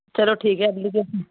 चलो ठीक है अगली बार